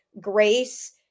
grace